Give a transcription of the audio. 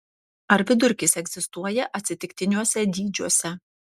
ar vidurkis egzistuoja atsitiktiniuose dydžiuose